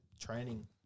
training